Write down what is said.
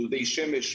דודי שמש,